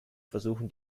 versuchen